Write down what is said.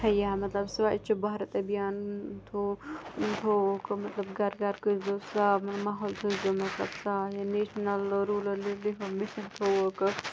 یا مطلب سوچھ بھارت ابھیان تھو تھوُوُکھ مطلب گَرٕ گَرٕ کٔرۍ زیو صاف مطلب ماحول تھٔےزیو مطلب صاف یا نیشنَل روٗلَر تھوٚوُکھ